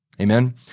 Amen